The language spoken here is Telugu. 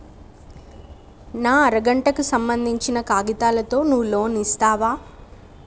నా అర గంటకు సంబందించిన కాగితాలతో నువ్వు లోన్ ఇస్తవా?